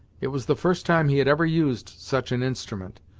it was the first time he had ever used such an instrument,